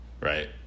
right